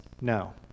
No